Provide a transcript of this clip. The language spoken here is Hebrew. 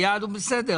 היעד הוא בסדר.